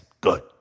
Good